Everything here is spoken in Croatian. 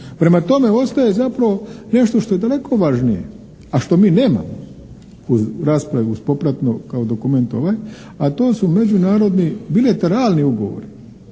Prema tome ostaje zapravo nešto što je daleko važnije, a što mi nemamo u raspravi uz popratno kao dokument ovaj a to su međunarodni bilateralni ugovori